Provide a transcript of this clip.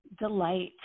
delight